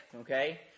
okay